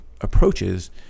approaches